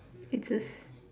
it's just